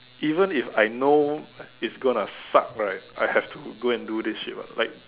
even if I know it's going to suck right I have to go and do this shit what like